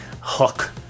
hook